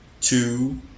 two